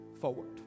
forward